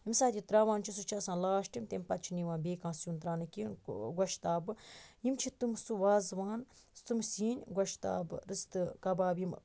ییٚمہِ ساتہٕ یہِ تراوان چھِ سُہ چھُ آسان لاسٹِم تمہ پَتہٕ چھنہٕ یِوان بیٚیہِ کانٛہہ سیُن تراونہٕ کینٛہہ گۄشتابہ یِم چھِ تِم سُہ وازوان تِم سیِن گۄشتابہ رِستہٕ کَبابہٕ یِم